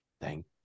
Thank